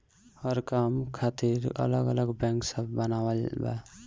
हर काम खातिर अलग अलग बैंक सब बनावल बा